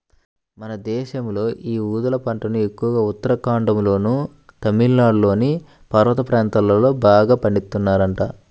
మన దేశంలో యీ ఊదల పంటను ఎక్కువగా ఉత్తరాఖండ్లోనూ, తమిళనాడులోని పర్వత ప్రాంతాల్లో బాగా పండిత్తన్నారంట